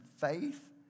faith